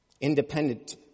Independent